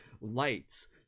lights